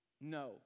No